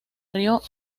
río